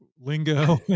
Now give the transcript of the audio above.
lingo